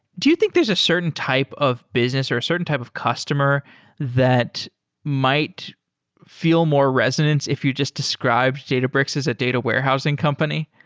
do you think there's a certain type of business or a certain type of customer that might feel more residence if you just described databricks as a data warehousing company?